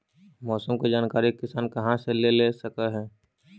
मौसम के जानकारी किसान कहा से ले सकै है?